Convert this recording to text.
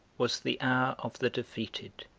was the hour of the defeated.